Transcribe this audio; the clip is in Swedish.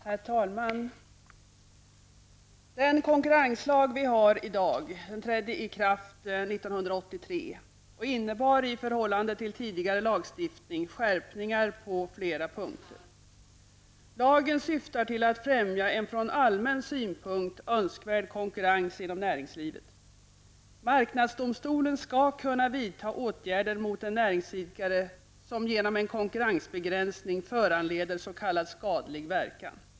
Herr talman! Den konkurrenslag som vi har i dag trädde i kraft 1983 och innebar då, i förhållande till tidigare lagstiftning, skärpningar på flera punkter. Lagen syftar till att främja en från allmän synpunkt önskvärd konkurrens inom näringslivet. Marknadsdomstolen skall kunna vidta åtgärder mot en näringsidkare som genom konkurrensbegränsning föranleder s.k. skadlig verkan.